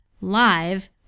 live